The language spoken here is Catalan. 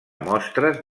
mostres